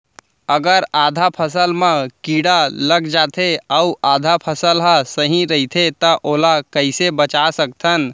अगर आधा फसल म कीड़ा लग जाथे अऊ आधा फसल ह सही रइथे त ओला कइसे बचा सकथन?